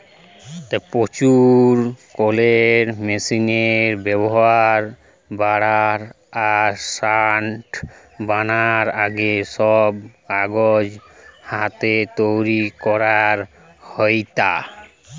প্রচুর কলের মেশিনের ব্যাভার বাড়া আর স্যাটা বারানার আগে, সব কাগজ হাতে তৈরি করা হেইতা